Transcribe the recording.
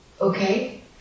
Okay